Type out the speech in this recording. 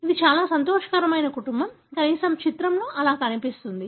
ఇది చాలా సంతోషకరమైన కుటుంబం కనీసం చిత్రంలో అది అలా కనిపిస్తుంది